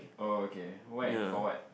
oh okay when for what